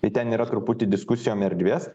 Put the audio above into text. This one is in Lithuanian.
tai ten yra truputį diskusijom erdvės